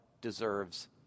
deserves